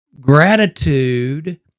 gratitude